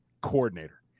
coordinator